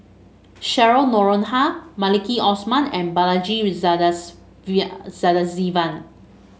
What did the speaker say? Cheryl Noronha Maliki Osman and Balaji Sadasivan